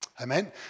Amen